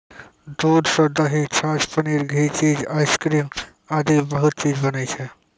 दूध सॅ दही, छाछ, पनीर, घी, चीज, आइसक्रीम आदि बहुत चीज बनै छै